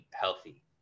healthy